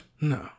No